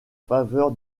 faveur